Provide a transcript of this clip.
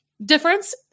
Difference